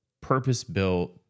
purpose-built